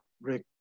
break